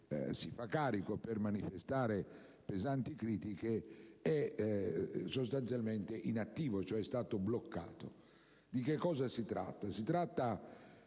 si fa carico per manifestare pesanti critiche, è sostanzialmente inattivo, cioè è stato bloccato. Si tratta di un